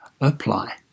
apply